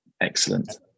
excellent